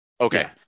Okay